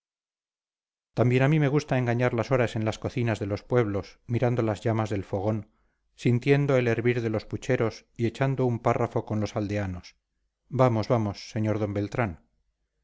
también a mí me gusta engañar las horas en las cocinas de los pueblos mirando las llamas del fogón sintiendo el hervir de los pucheros y echando un párrafo con los aldeanos vamos vamos sr d beltrán